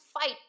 fight